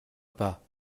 pas